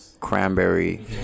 Cranberry